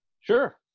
sure